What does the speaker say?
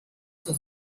zur